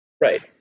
Right